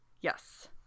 Yes